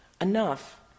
enough